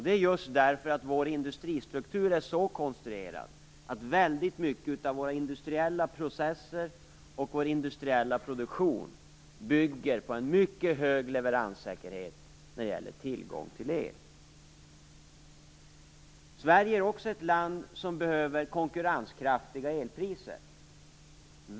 Det är för att vår industristruktur är så konstruerad att mycket av våra industriella processer och vår produktion bygger på en mycket hög leveranssäkerhet när det gäller tillgång på el. Sverige är också ett land som behöver konkurrenskraftiga elpriser.